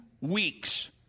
weeks